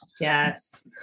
Yes